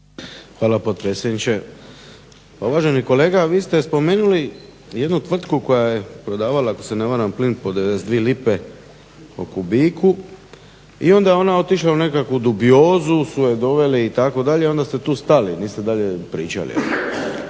Hvala potpredsjedniče. Pa uvaženi kolega vi ste spomenuli jednu tvrtku koja je prodavala ako se ne varam plin po 92 lipe po kubiku i onda je ona otišla u nekakvu dubiozu su je doveli itd. onda ste tu stali, niste dalje pričali.